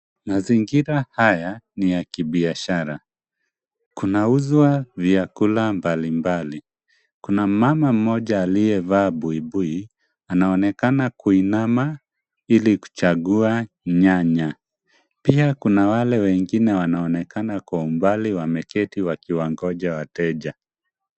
Mazingira haya ni ya kibiashara. Kunauzwa vya kula mbalimbali. Kuna mama mmoja aliyevaa buibui, anaonekana kuinama ili kuchagua nyanya. Pia kuna wale wengine wanaonekana kuwa umbali wa meketi wa kiwangoja wateja.